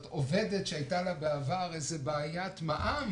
למשל של עובדת שהייתה לה בעבר איזה בעיית מע"מ